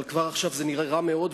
אבל כבר עכשיו זה נראה רע מאוד.